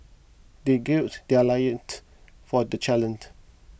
they gird their loins for the challenge